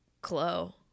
clo